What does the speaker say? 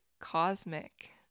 cosmic